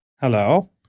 Hello